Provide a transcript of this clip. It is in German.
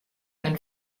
ein